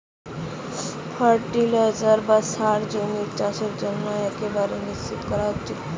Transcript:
fertiliser বা সার জমির চাষের জন্য একেবারে নিশ্চই করা উচিত